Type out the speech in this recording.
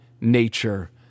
nature